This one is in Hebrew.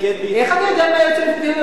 איך אתה יודע מה היועץ המשפטי הודיע?